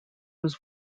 was